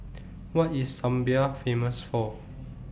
What IS Zambia Famous For